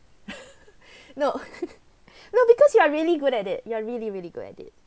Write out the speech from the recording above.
no no because you are really good at it you are really really good at it